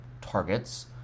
targets